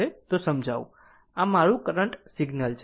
તોસમજાવું આ મારું current signal છે